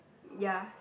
ya